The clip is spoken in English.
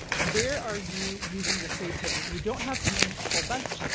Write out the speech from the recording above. where are you using your creativity and you don't have to name a whole bunch.